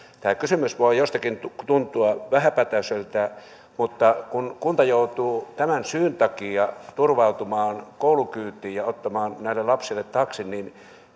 tämä kysymys voi jostakin tuntua vähäpätöiseltä mutta kun kunta joutuu tämän syyn takia turvautumaan koulukyytiin ja ottamaan näille lapsille taksin niin